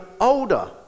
older